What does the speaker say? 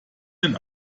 den